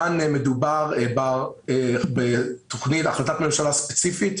כאן מדובר בהחלטת ממשלה ספציפית.